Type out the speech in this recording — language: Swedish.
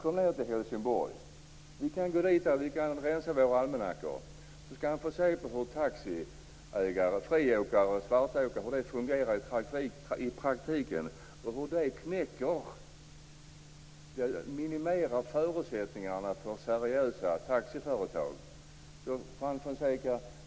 Om Juan Fonseca kommer ned dit skall han få se hur taxiägare, friåkare och svartåkare fungerar i praktiken och hur de minimerar förutsättningarna för seriösa taxiföretag.